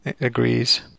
Agrees